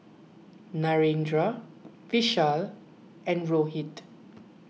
Narendra Vishal and Rohit